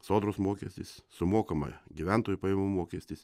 sodros mokestis sumokama gyventojų pajamų mokestis